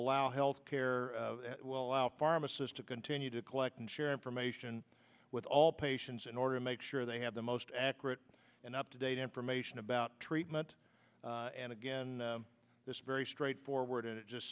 allow health care well out pharmacist to continue to collect and share information with all patients in order to make sure they have the most accurate and up to date information about treatment and again this very straightforward it just